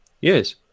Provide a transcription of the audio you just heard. Yes